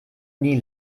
nie